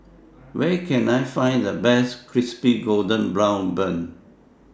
Where Can I Find The Best Crispy Golden Brown Bun